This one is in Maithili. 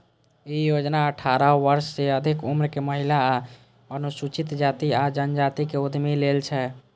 ई योजना अठारह वर्ष सं अधिक उम्र के महिला आ अनुसूचित जाति आ जनजाति के उद्यमी लेल छै